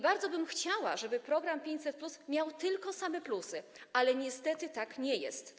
Bardzo bym chciała, żeby program 500+ miał tylko same plusy, ale niestety tak nie jest.